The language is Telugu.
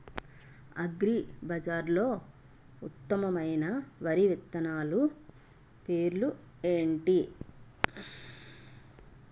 అగ్రిబజార్లో ఉత్తమమైన వరి విత్తనాలు పేర్లు ఏంటి?